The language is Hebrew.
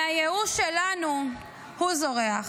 מהייאוש שלנו הוא זורח.